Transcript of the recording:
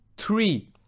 Three